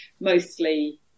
mostly